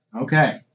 Okay